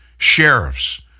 Sheriffs